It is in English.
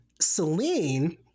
Celine